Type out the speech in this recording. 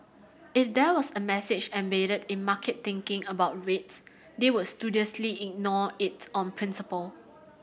if there was a message embedded in market thinking about rates they would studiously ignore it on principle